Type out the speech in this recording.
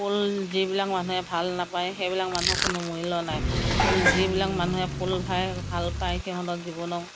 ফুল যিবিলাক মানুহে ভাল নাপায় সেইবিলাক মানুহৰ কোনো মূল্য নাই ফুল যিবিলাক মানুহে ফুল ভাল পায় সেইবিলাক মানুহৰ জীৱনৰ